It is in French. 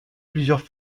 plusieurs